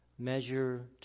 measure